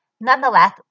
Nonetheless